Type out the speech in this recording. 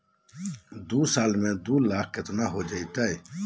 दू साल में दू लाख केतना हो जयते?